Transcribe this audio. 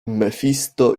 mefisto